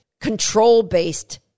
control-based